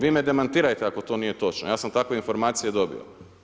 Vi me demantirajte ako to nije točno, ja sam takve informacije dobio.